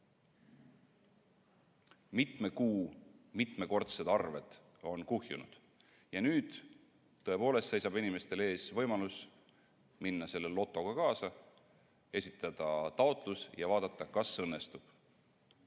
Mitme kuu mitmekordsed arved on kuhjunud. Nüüd tõepoolest seisab inimestel ees võimalus minna selle lotoga kaasa, esitada taotlus ja vaadata, kas õnnestub.Me